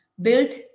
built